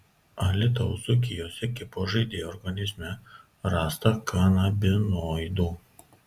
alytaus dzūkijos ekipos žaidėjo organizme rasta kanabinoidų